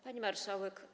Pani Marszałek!